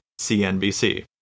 CNBC